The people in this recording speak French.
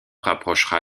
rapprochera